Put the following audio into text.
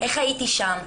איך הייתי שם?